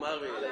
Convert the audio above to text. יהיה על